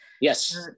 Yes